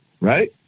right